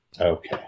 Okay